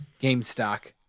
GameStock